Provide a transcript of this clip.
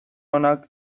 onak